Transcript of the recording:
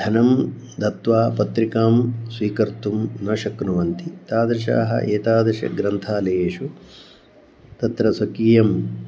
धनं दत्त्वा पत्रिकां स्वीकर्तुं न शक्नुवन्ति तादृशाः एतादृशग्रन्थालयेषु तत्र स्वकीयं